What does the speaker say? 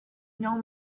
know